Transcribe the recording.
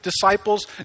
disciples